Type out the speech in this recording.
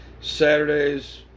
Saturdays